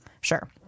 Sure